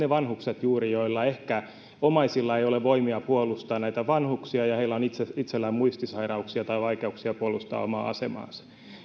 juuri ne vanhukset joiden omaisilla ehkä ei ole voimia puolustaa näitä vanhuksia tai joilla on itsellään muistisairauksia tai vaikeuksia puolustaa omaa asemaansa